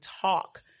talk